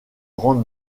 grande